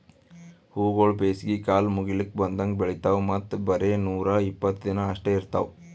ಹೂವುಗೊಳ್ ಬೇಸಿಗೆ ಕಾಲ ಮುಗಿಲುಕ್ ಬಂದಂಗ್ ಬೆಳಿತಾವ್ ಮತ್ತ ಬರೇ ನೂರಾ ಇಪ್ಪತ್ತು ದಿನ ಅಷ್ಟೆ ಇರ್ತಾವ್